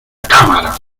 cámara